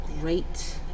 great